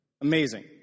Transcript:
Amazing